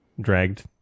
dragged